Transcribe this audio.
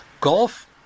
Golf